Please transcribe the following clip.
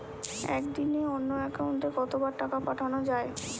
একদিনে অন্য একাউন্টে কত বার টাকা পাঠানো য়ায়?